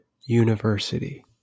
University